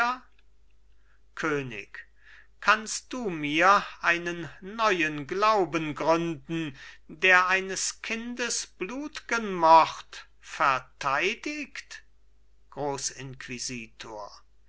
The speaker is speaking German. könig kannst du mir einen neuen glauben gründen der eines kindes blutgen mord verteidigt